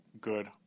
good